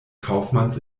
kaufmanns